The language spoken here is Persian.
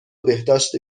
بهداشت